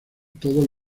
todos